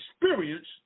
experience